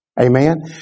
Amen